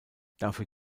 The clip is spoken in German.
dafür